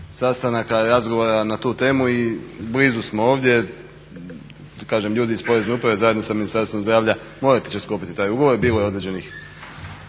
sastanaka i razgovora na tu temu i blizu smo. Ovdje ljudi iz Porezne uprave zajedno sa Ministarstvom zdravlja morati će sklopiti taj ugovor. Bilo je određenih